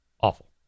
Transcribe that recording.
Awful